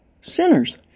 sinners